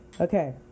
Okay